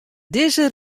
dizze